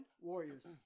Warriors